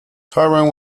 taran